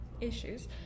issues